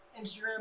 Instagram